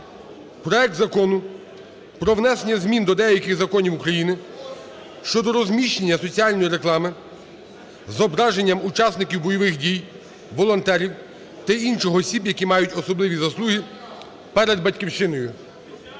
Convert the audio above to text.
проект Закону про внесення змін до деяких законів України щодо розміщення соціальної реклами з зображенням учасників бойових дій, волонтерів та інших осіб, які мають особливі заслуги перед Батьківщиною